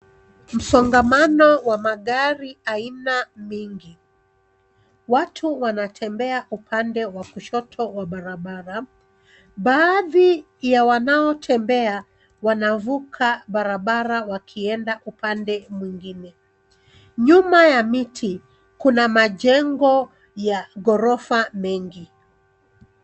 Msongamano wa magari aina mingi. Watu wanatembea upande wa kushoto wa barabara. Baadhi ya wanaotembea wanavuka barabara wakienda upande mwingine. Nyuma ya miti kuna majengo ya ghorofa mengi.